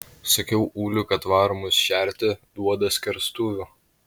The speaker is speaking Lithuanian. sakiau uliui kad varo mus šerti duoda skerstuvių